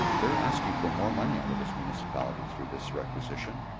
they're asking for more money out of this municipality through this requisition,